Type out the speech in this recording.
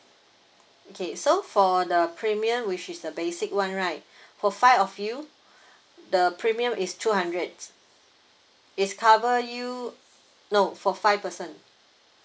okay so for the premium which is the basic one right for five of you the premium is two hundred it's cover you no for five person